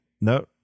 No